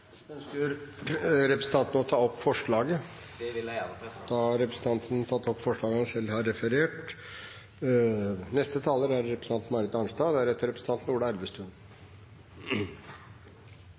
Ønsker representanten å ta opp forslaget? Det vil jeg gjerne. Da har representanten Kjell Ingolf Ropstad tatt opp det forslaget han refererte til. Det er veldig positivt at komiteen har